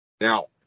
now